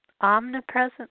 Omnipresent